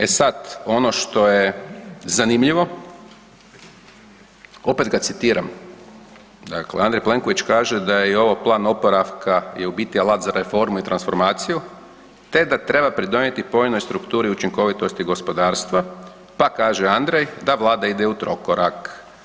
E sad ono što je zanimljivo, opet ga citiram dakle Andrej Plenković kaže da je ovo „plan oporavka je u biti alat za reformu i transformaciju te da treba pridonijeti povoljnoj strukturi učinkovitosti gospodarstva“, pa kaže Andrej „da Vlada ide u trokorak“